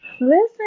listen